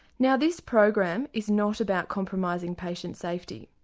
now this program is not about compromising patient safety.